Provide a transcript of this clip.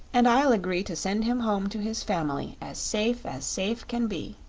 and i'll agree to send him home to his family as safe as safe can be.